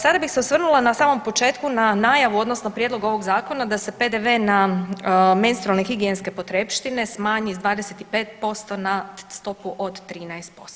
Sada bih se osvrnula na samom početku na najavu odnosno prijedlog ovog zakona da se PDV na menstrualne higijenske potrepštine smanji s 25% na stopu od 13%